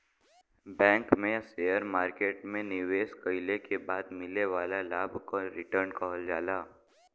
bank में या share market में निवेश कइले के बाद मिले वाला लाभ क रीटर्न कहल जाला